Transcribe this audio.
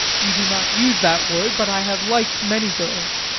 we do not use that word, but i have liked many girls.